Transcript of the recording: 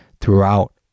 throughout